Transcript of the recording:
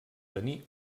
tenir